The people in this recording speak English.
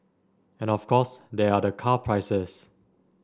and of course there are the car prices